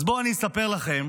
אז בואו אני אספר לכם